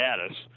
status